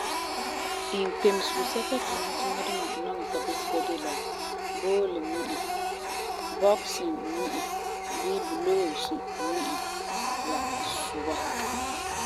Inkpemesego sɛka ti mam tiŋa duma nɔŋɛ ka bisega de la boole ŋmi'a, bɔkesin ŋmi'a bii buloosi ŋmi'a la zua.